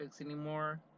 anymore